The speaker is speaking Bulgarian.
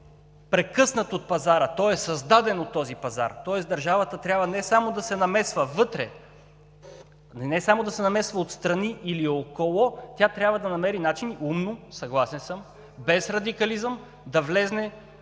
бъде прекъснат от пазара, той е създаден от този пазар. Тоест държавата трябва не само да се намесва вътре, не само да се намесва отстрани или около, тя трябва да намери начин умно, съгласен съм, без радикализъм да влезе и